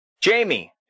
Jamie